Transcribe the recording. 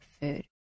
food